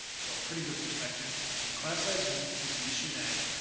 so pretty good perspective. and class size is is an issue that,